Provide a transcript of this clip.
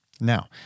Now